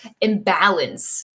imbalance